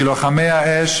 כי לוחמי האש,